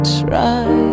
try